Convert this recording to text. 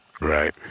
Right